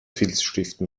filzstiften